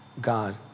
God